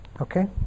okay